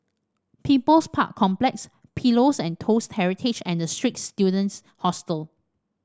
People's Park Complex Pillows and Toast Heritage and The Straits Students Hostel